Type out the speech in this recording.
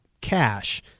cash